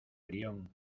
brión